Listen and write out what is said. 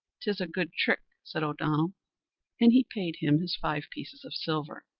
tis a good trick, said o'donnell and he paid him his five pieces of silver.